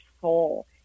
soul